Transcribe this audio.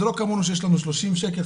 זה לא כמו שיש לנו 30 שקל,